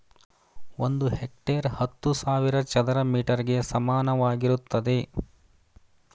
ಒಂದು ಹೆಕ್ಟೇರ್ ಹತ್ತು ಸಾವಿರ ಚದರ ಮೀಟರ್ ಗೆ ಸಮಾನವಾಗಿರುತ್ತದೆ